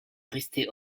rester